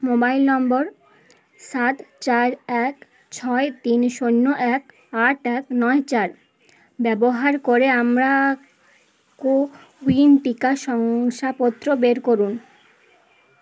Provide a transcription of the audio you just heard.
mobile number সাত চার এক ছয় তিন শূন্য এক আট এক নয় চার ব্যবহার করে আমার কো উইন টিকা শংসাপত্র বের করুন